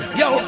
yo